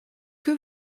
que